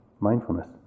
mindfulness